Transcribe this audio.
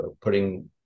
putting